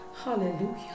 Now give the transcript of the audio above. Hallelujah